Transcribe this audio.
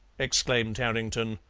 exclaimed tarrington.